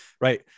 right